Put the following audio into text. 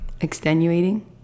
Extenuating